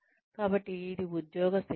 కాబట్టి ఇది ఉద్యోగ శిక్షణ